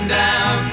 down